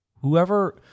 Whoever